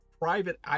private